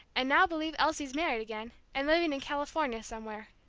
and now believe elsie's married again, and living in california somewhere.